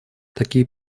такие